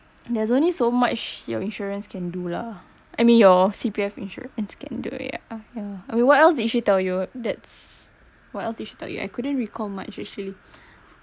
there's only so much your insurance can do lah I mean your C_P_F ensure its can do yeah I mean what else did she tell you that's what else did she tell you I couldn't recall much actually